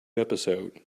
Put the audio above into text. episode